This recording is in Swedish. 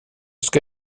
ska